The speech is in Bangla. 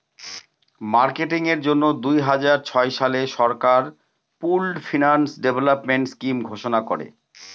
মার্কেটিং এর জন্য দুই হাজার ছয় সালে সরকার পুল্ড ফিন্যান্স ডেভেলপমেন্ট স্কিম ঘোষণা করে